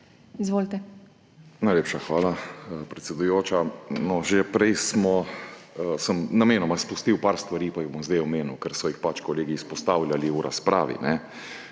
(PS LMŠ): Najlepša hvala, predsedujoča. Že prej sem namenoma izpustil nekaj stvari pa jih bom zdaj omenil, ker so jih pač kolegi izpostavljali v razpravi.